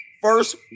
First